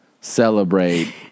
celebrate